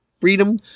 freedom